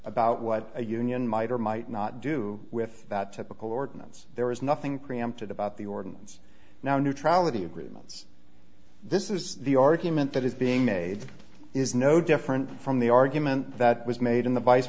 about what a union might or might not do with that typical ordinance there is nothing preempted about the ordinance now neutrality agreements this is the argument that is being made is no different from the argument that was made in the vice